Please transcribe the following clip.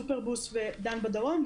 סופרבוס ודן בדרום,